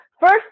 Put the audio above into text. first